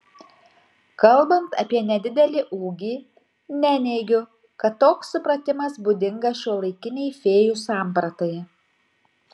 kalbant apie nedidelį ūgį neneigiu kad toks supratimas būdingas šiuolaikinei fėjų sampratai